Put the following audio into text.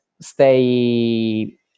stay